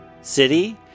city